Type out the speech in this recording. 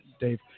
Dave